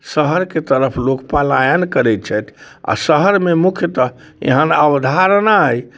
शहरके तरफ लोक पलायन करैत छथि आ शहरमे मुख्यतः एहन अवधारणा अइ